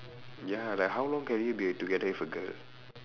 ya like how long can you be together with a girl